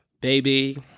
baby